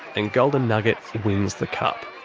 and golden nugget wins the cup.